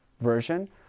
version